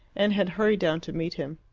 and had hurried down to meet him.